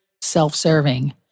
self-serving